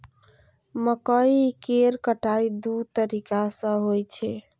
मकइ केर कटाइ दू तरीका सं होइ छै